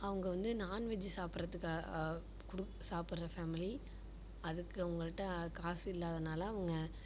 அவங்க வந்து நான்வெஜ் சாப்பிடுறதுக்கு சாப்பிடுற ஃபேமிலி அதுக்கு அவங்கள்ட்ட காசு இல்லாதனால் அவங்க